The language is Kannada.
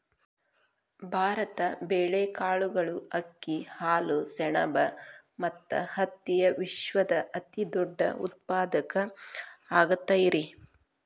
ಭಾರತ ಬೇಳೆ, ಕಾಳುಗಳು, ಅಕ್ಕಿ, ಹಾಲು, ಸೆಣಬ ಮತ್ತ ಹತ್ತಿಯ ವಿಶ್ವದ ಅತಿದೊಡ್ಡ ಉತ್ಪಾದಕ ಆಗೈತರಿ